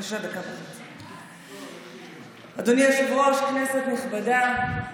אדוני היושב-ראש, כנסת נכבדה,